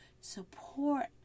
support